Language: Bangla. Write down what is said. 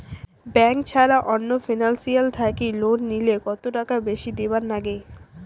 ব্যাংক ছাড়া অন্য ফিনান্সিয়াল থাকি লোন নিলে কতটাকা বেশি দিবার নাগে?